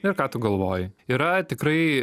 ir ką tu galvoji yra tikrai